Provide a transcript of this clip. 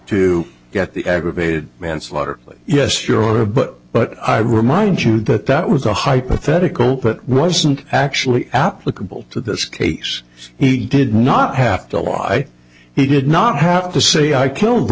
to get the aggravated manslaughter yes you're a but but i remind you that that was a hypothetical that wasn't actually applicable to this case he did not have to lie he did not have to say i killed the